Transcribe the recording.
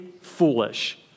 foolish